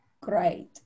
Great